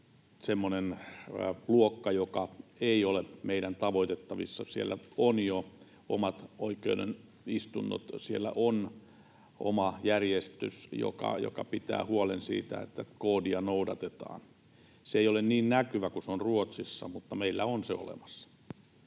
semmoinen luokka, joka ei ole meidän tavoitettavissamme. Siellä on jo omat oikeudenistunnot, siellä on oma järjestys, joka pitää huolen siitä, että koodia noudatetaan. Se ei ole niin näkyvä kuin se on Ruotsissa, mutta meillä on se olemassa.